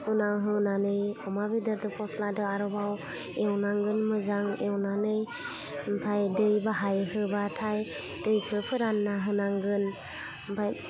उनाव होनानै अमा बेदरजों फस्लाजों आरोबाव एवनांगोन मोजां एवनानै ओमफाय दै बाहाय होबाथाय दैखौ फोरान्ना होनांगोन ओमफाय